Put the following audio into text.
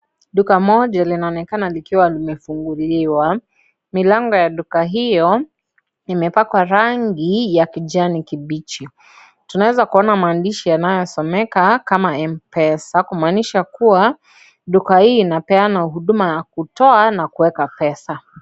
Duka moja linaonekana likiwa limefunguliwa. Milango ya duka hiyo, imepakwa rangi ya kijani kibichi. Tunaweza kuona maandishi yanayosomeka kama Mpesa, kumaanisha kuwa, duka hii inapeana huduma ya kutoa na kutuma pesa.